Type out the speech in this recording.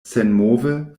senmove